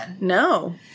No